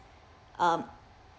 um